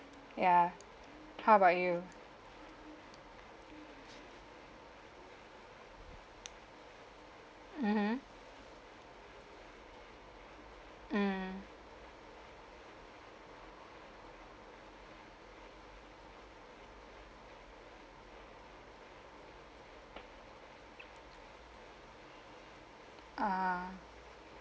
ya how about you mmhmm mm err